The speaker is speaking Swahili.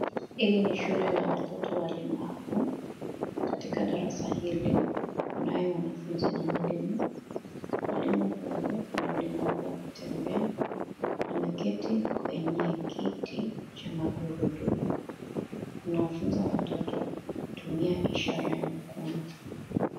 Hili ni shule la watoto walemavu. Katika darasa hili kunaye wanafunzi na mwalimu. Mwalimu huyu ana ulemavu wa kutembea. Ameketi kwenye kiti cha magurudumu. Anawafunza watoto kutumia ishara ya mkono.